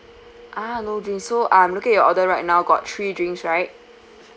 ah no drink I'm looking at your order right now got three drinks right